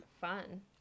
fun